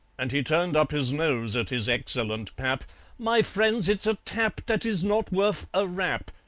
and he turned up his nose at his excellent pap my friends, it's a tap dat is not worf a rap.